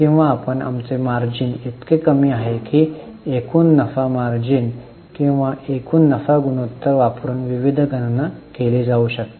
किंवा आपण आमचे मार्जिन इतके कमी आहे की एकूण नफा मार्जिन किंवा एकूण नफा गुणोत्तर वापरून विविध गणना केली जाऊ शकते